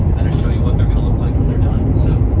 show you what they're gonna look like when they're done. so